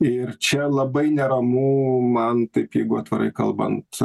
ir čia labai neramu man taip jeigu atvirai kalbant